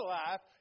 life